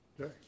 Okay